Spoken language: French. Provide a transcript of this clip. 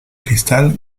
cristal